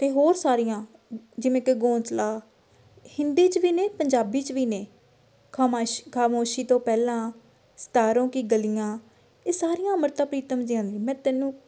ਅਤੇ ਹੋਰ ਸਾਰੀਆਂ ਜਿਵੇਂ ਕਿ ਗੋਂਚਲਾ ਹਿੰਦੀ 'ਚ ਵੀ ਨੇ ਪੰਜਾਬੀ 'ਚ ਵੀ ਨੇ ਖਮਾਸ਼ੀ ਖਾਮੋਸ਼ੀ ਤੋਂ ਪਹਿਲਾਂ ਸਤਾਰੋਂ ਕੀ ਗਲੀਆਂ ਇਹ ਸਾਰੀਆਂ ਅੰਮ੍ਰਿਤਾ ਪ੍ਰੀਤਮ ਦੀਆਂ ਨੇ ਮੈਂ ਤੈਨੂੰ